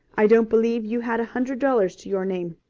i don't believe you had a hundred dollars to your name.